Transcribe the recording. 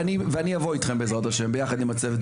כן תבואו אליו ואני אבוא אתכם בעזרת השם ביחד עם הצוות,